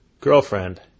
girlfriend